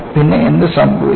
പിന്നെ എന്ത് സംഭവിക്കും